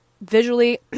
visually